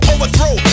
Overthrow